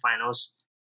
finals